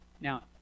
Now